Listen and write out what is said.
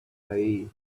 made